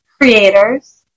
creators